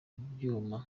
byuma